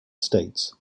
states